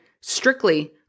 strictly